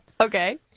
Okay